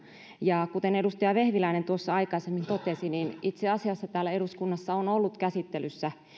ja kuten edustaja vehviläinen tuossa aikaisemmin totesi itse asiassa täällä eduskunnassa on ollut käsittelyssä